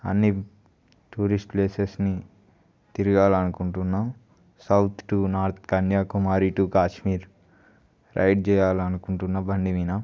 అన్నీ టూరిస్ట్ ప్లేసస్ని తిరగాలనుకుంటున్నా south to north Kanyakumari to Kashmir ride చెయ్యాలనుకుంటున్నా బండి మీద